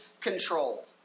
control